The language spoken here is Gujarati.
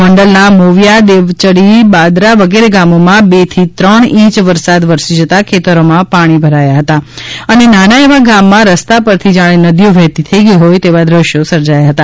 ગોંડલના મોવિયા દેવચડી બાદરા વગેરે ગામોમાં બે થી ત્રણ ઇંચ વરસાદ વરસી જતાં ખેતરોમાં પાણી ભરાયા હતા અને નાના એવા ગામમાં રસ્તા પરથી જાણે નદીઓ વહેતી થઇ હોય તેવા દ્રશ્યો સર્જાયા હતા